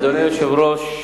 אדוני היושב-ראש,